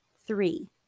Three